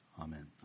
Amen